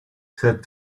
said